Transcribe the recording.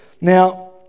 Now